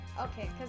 Okay